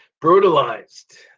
brutalized